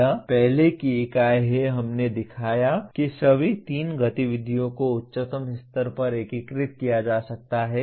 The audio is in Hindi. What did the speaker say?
यह पहले की इकाई है हमने दिखाया कि सभी तीन गतिविधियों को उच्चतम स्तर पर एकीकृत किया जा सकता है